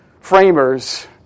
framers